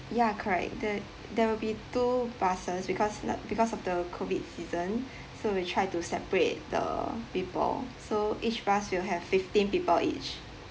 ya correct the there will be two buses because not because of the COVID season so we try to separate the people so each bus will have fifteen people each